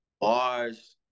bars